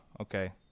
okay